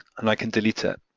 and i can delete it.